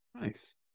Nice